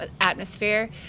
atmosphere